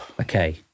Okay